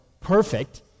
perfect